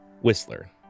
Whistler